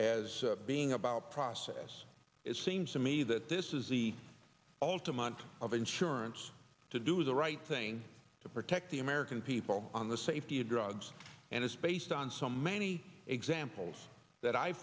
as being about process it seems to me that this is the ultimate of insurance to do the right thing to protect the american people on the safety of drugs and it's based on so many examples that i